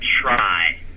try